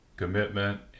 commitment